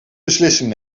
beslissing